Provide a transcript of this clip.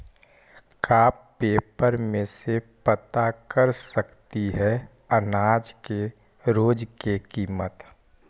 का पेपर में से पता कर सकती है अनाज के रोज के किमत?